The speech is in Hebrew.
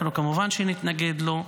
וכמובן שנתנגד לו.